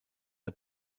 der